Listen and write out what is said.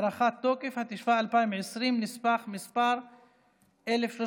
הארכת תוקף), התשפ"א 2020, נספח מס' מ-1375/א'.